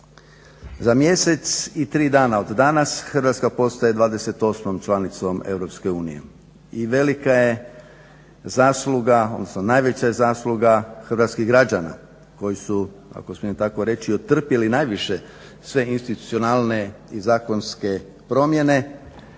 Za mjesec i tri dana od danas Hrvatska potaje 28.članicom EU i velika je zasluga odnosno najveća je zasluga hrvatskih građana koji su ako smijem tako reći otrpili najviše sve institucionalne i zakonske promjene,